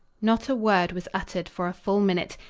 not a word was uttered for a full minute.